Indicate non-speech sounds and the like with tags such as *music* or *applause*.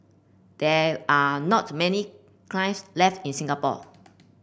there are not many *unintelligible* left in Singapore